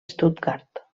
stuttgart